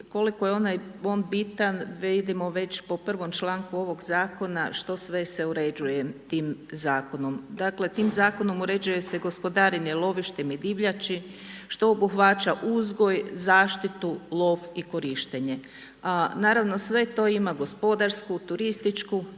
koliko je on bitan vidimo već po prvom članku ovog zakona što sve se uređuje tim zakonom. Dakle tim zakonom uređuje se gospodarenje lovištem i divljači, što obuhvaća uzgoj, zaštitu, lov i korištenje. A naravno sve to ima gospodarsku, turističku